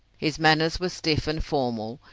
his manners were stiff and formal,